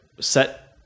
set